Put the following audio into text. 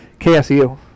KSU